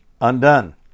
undone